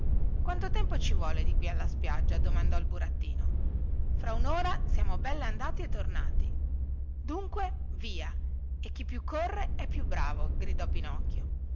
quanto tempo ci vuole di qui alla spiaggia domandò il burattino fra unora siamo belle andati e tornati dunque via e chi più corre è più bravo gridò pinocchio